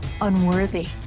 unworthy